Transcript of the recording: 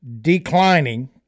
declining